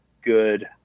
good